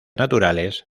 naturales